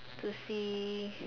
to see